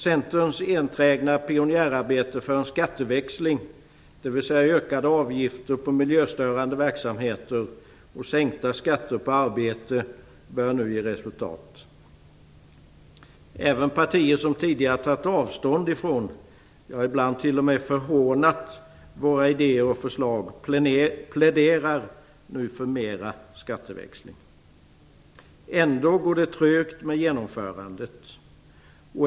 Centerns enträgna pionjärarbete för en skattesväxling, dvs. ökade avgifter på miljöstörande verksamheter och sänkta skatter på arbete, börjar nu ge resultat. Även partier som tidigare tagit avstånd från - ja, ibland t.o.m. förhånat - våra idéer och förslag pläderar nu för mer skatteväxling. Ändå går det trögt med genomförandet.